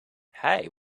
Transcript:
hey